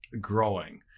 growing